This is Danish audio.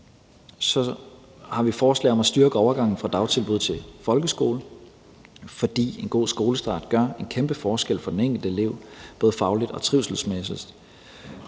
Så har vi forslag om at styrke overgangen fra dagtilbud til folkeskole, fordi en god skolestart gør en kæmpe forskel for den enkelte elev både fagligt og trivselsmæssigt.